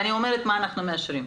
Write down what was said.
ואני אומר מה אנחנו מאשרים.